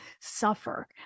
suffer